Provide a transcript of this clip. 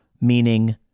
meaning